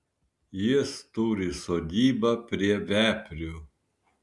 jis turi sodybą prie veprių